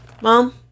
Mom